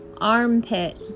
armpit